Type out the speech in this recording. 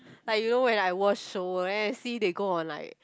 like you know when I watch show then I see they go on like